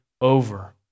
over